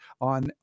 on